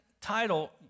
title